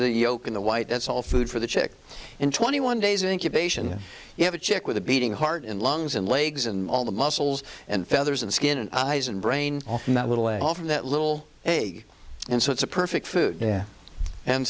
the yolk in the white that's all food for the chick in twenty one days incubation you have a chick with a beating heart and lungs and legs and all the muscles and feathers and skin and eyes and brain little at all from that little egg and so it's a perfect food yeah and